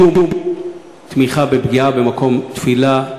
מודיע חד-משמעית: אין שום תמיכה בפגיעה במקום תפילה,